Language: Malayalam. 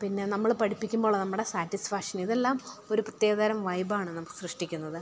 പിന്നെ നമ്മൾ പഠിപ്പിക്കുമ്പോൾ നമ്മുടെ സാറ്റിസ്ഫാക്ഷൻ ഇതെല്ലാം ഒരു പ്രത്യേക തരം വൈബാണ് നമുക്ക് സൃഷ്ടിക്കുന്നത്